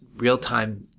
real-time